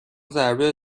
ضربه